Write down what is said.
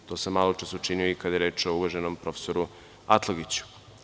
To sam malopre učinio i kada je reč o uvaženom profesoru Atlagiću.